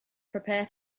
prepare